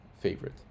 favorite